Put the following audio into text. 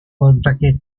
contacter